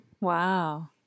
Wow